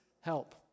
help